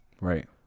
Right